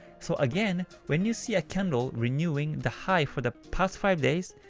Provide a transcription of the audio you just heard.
so again, when you see a candle renewing the high for the past five days,